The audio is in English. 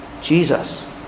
Jesus